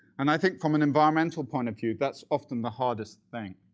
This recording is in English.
and i think from an environmental point of view that's often the hardest thing.